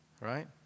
Right